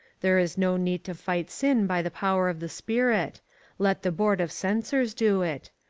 there is no need to fight sin by the power of the spirit let the board of censors do it.